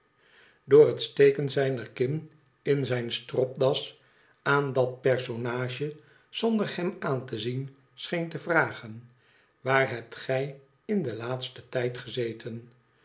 door het steken zijner kin in zijne stropdas aan dat personage zonder hem aan te zien scheen te vragen waar hebt gij in den laatsten tijd gezeten